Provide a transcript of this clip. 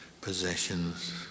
possessions